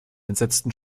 entsetzten